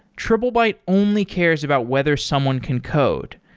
trip lebyte only cares about whether someone can code.